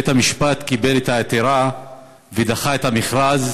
בית-המשפט קיבל את העתירה ודחה את המכרז